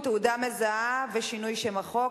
תעודה מזהה ושינוי שם החוק),